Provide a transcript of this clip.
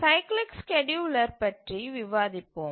cyclic scheduler பற்றி விவாதிப்போம்